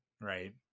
right